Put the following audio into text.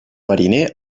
mariner